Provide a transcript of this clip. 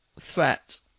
threat